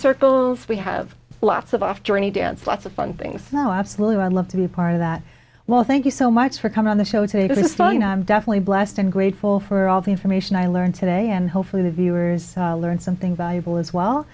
circles we have lots of off journey dance lots of fun things now absolutely i love to be part of that well thank you so much for coming on the show today was definitely blessed and grateful for all the information i learned today and hopefully the viewers learned something valuable as well